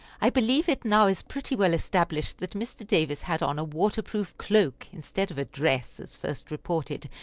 i believe it now is pretty well established that mr. davis had on a water-proof cloak instead of a dress, as first reported,